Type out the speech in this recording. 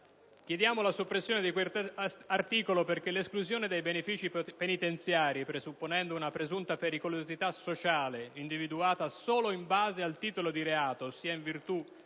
chiediamo la soppressione dell'articolo 3, perché l'esclusione dei benefici penitenziari, presupponendo una presunta pericolosità sociale individuata solo in base al titolo di reato, ossia in virtù